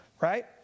right